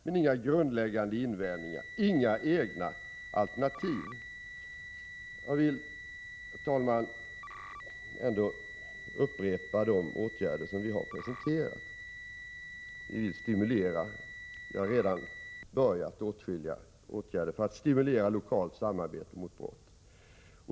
Men han hade inga grundläggande invändningar och inga egna alternativ. Jag vill, herr talman, ändå upprepa de åtgärder som vi har presenterat. Åtskilliga åtgärder har redan satts i gång för att stimulera lokalt samarbete mot brott.